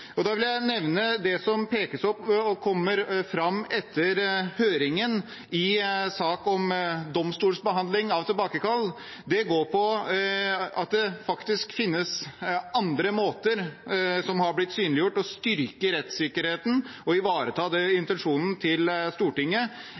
Da vil jeg nevne det som kom fram etter høringen om saken om domstolsbehandling av tilbakekall. Det går ut på at det faktisk finnes andre måter – som har blitt synliggjort – å styrke rettssikkerheten og ivareta